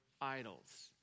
idols